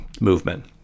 movement